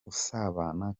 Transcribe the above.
usabana